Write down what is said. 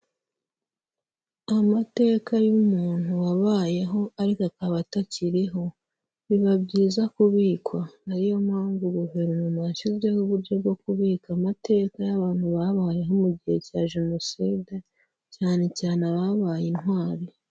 Amateka y'umuntu wabayeho ariko akaba atakiriho, biba byiza kubikwa ariyo mpamvu guverinoma yashyizeho uburyo bwo kubika amateka y'abantu babayeho mu gihe cya Jenoside cyane cyane ababaye intwari.